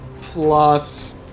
plus